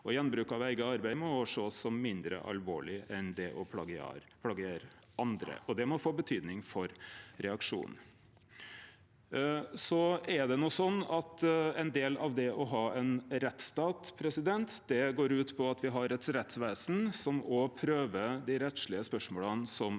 Gjenbruk av eige arbeid må òg sjåast på som mindre alvorleg enn å plagiere andre, og det må få betydning for reaksjonen. Ein del av det å ha ein rettsstat går ut på at me har eit rettsvesen som òg prøver dei rettslege spørsmåla som